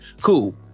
Cool